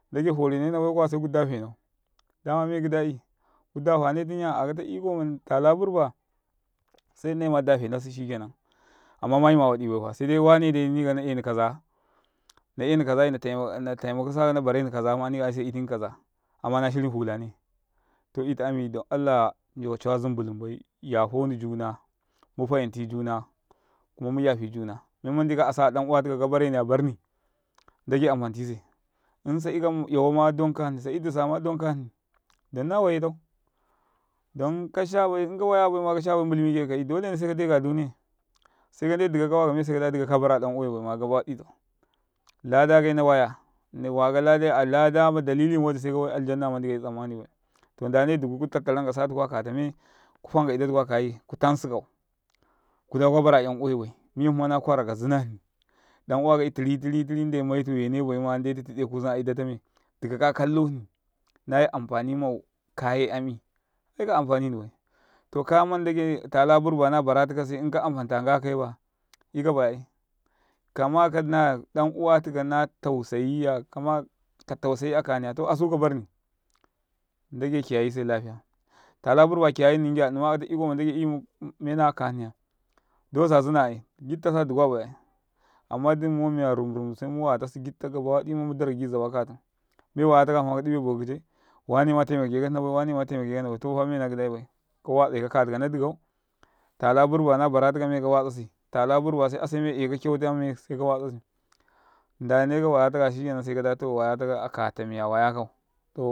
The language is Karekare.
﻿Ndage fore nabai kuwa seku dafenni dama mey gidai kudafane tum ya a akata ma tala burba se nnaima dafenasi shikenan amma ma yama wadi baifa sedai wanene na eni kaza na eni kaza na tema saka nabre kaza ma nik aise yntiki kaza aima nashiri mafalane to inta ami don allah ndoka cawa zumbulumbai yafani juna mufayinti juna kuma muyafoni juna mem mandi ka asa adanawa tikau kabareni 'yabarni ndage am fantise insa ika 'yawama don ka hni, in sa 'yuma disa madan ka hni. dan nawaye tau dan ka shabai in kashabai in waya baima mbulmike kakai dolene seka lukkwa aduniya se ka ndetu dika kawa me sekada dike bara a ɗan uwai baima a giɗ tau lada kai nawaya waka leda adalilimawadi se kawai a'janna mandi kayatsammanibai. To ndane duku ku caman kasa yuka akatmey ku finka ida tukwa kayi ku tansikau kuda kwabara a yan uwai bai me hma na kwara ka zana hni ɗan uwaka kai tiri tiri ndai maitu wene baima ndetu tiɗe kuzum a idata mey. Dika ka maya hni naye amfani mai kayay ami aika afanini mai kaya man ndagai tala burba nala baratikase inka amfanta nga ka kai baya, 'yika bai ai. Kama kana ɗan uwa tika na tausayiya kama katausayi aka hni ya te asu ka barni ndage ki 'yayise lafiya tala burba ki yayinnikiya nnema akata ikama ndage 'yu mena'a aka hniya dawadi sa zina ai giɗtasa du kwabbai ai amma dum muwan meya rumdum se muwa yatasi giɗta gaba wadi mudarka gi zaba katun gaba wadi mudarka gi zaba katun me waya takaya kuma ka dibe baka kicai. Wanema te makeka hnabai tafa mu na gida iba ka tiga eka katika nadi kau. Tala burba nala bara se ase meeka baran katame seka tiga 'yasi ndaneka waya takaya shikena ta waya taka sekada akatamiya waya kauta.